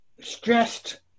stressed